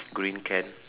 green can